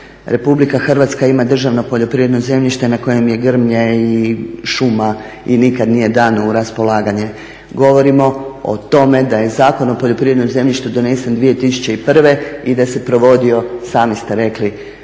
Naime, nažalost RH ima državno poljoprivredno zemljište na kojem je grmlje i šuma i nikad nije dano u raspolaganje. Govorimo o tome da je Zakon o poljoprivrednom zemljištu donesen 2001. i da se provodio sami ste rekli